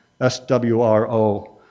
SWRO